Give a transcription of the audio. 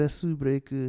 break